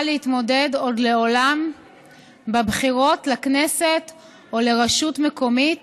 להתמודד עוד לעולם בבחירות לכנסת או לרשות מקומית